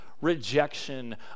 rejection